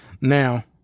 now